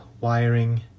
wiring